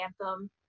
anthem